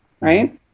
right